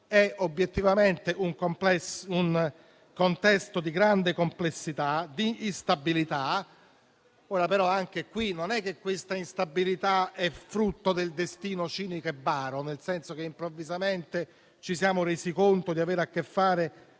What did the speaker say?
è obiettivamente di grande complessità e instabilità. Ora però, anche qui, non è che questa instabilità sia frutto del destino cinico e baro, nel senso che improvvisamente ci siamo resi conto di avere a che fare